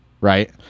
Right